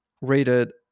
rated